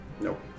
Nope